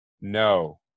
No